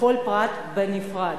וכל פריט בנפרד.